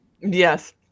Yes